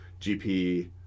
GP